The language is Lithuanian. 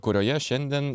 kurioje šiandien